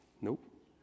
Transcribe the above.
nope